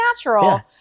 natural